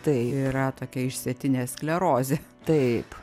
tai yra tokia išsėtinė sklerozė taip